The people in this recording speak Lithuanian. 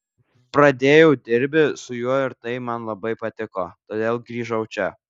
pradėjau dirbi su juo ir tai man labai patiko todėl grįžau čia